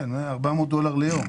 כן, 400 דולר ליום.